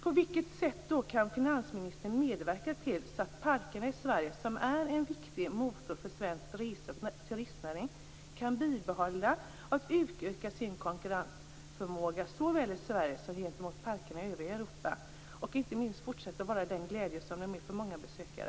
På vilket sätt kan finansministern medverka till att parker i Sverige, som är en viktig motor för svensk turistnäring, kan bibehålla och utöka konkurrensförmågan såväl i Sverige som gentemot parkerna i övriga Europa och inte minst fortsätta att vara till glädje för många besökare?